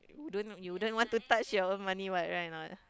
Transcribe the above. wouldn't you wouldn't want to touch your own money what right a not